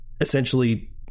essentially